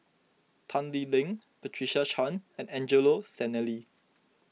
Tan Lee Leng Patricia Chan and Angelo Sanelli